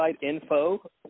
info